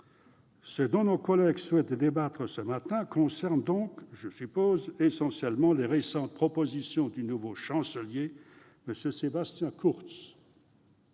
Ce dont nos collègues souhaitent débattre ce matin concerne donc essentiellement, je le suppose, les récentes propositions du nouveau chancelier, M. Sebastian Kurz.